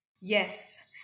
Yes